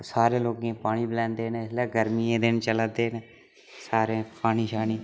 सारे लोकें गी पानी पलैंदे न इसलै गर्मियें दिन चला'रदे न सारें गी पानी शानी